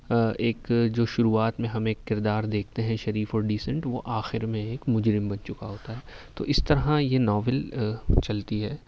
ایک جو شروعات میں ہم ایک کردار دیکھتے ہیں شریف اور ڈیسنٹ وہ آخر میں ایک مجرم بن چکا ہوتا ہے تو اس طرح یہ ناول چلتی ہے